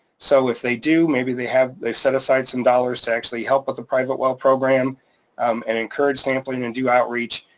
so if they do, maybe they have, they set aside some dollars to actually help with the private well program um and encourage sampling and do outreach,